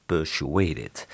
Persuaded